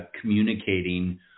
communicating